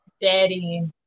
daddy